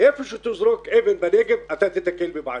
איפה שתזרוק אבן בנגב אתה תיתקל בבעיה.